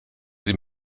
sie